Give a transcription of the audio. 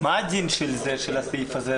מה הדין של הסעיף הזה?